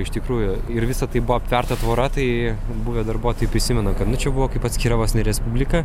iš tikrųjų ir visa tai buvo aptverta tvora tai buvę darbuotojai prisimena kad nu čia buvo kaip atskira vos ne respublika